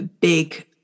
big